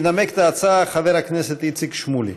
ינמק את ההצעה חבר הכנסת איציק שמולי.